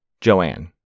Joanne